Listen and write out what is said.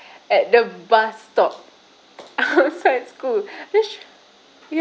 at the bus stop outside school